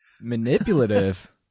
Manipulative